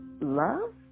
love